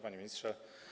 Panie Ministrze!